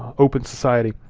open society,